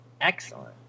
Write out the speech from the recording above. Excellent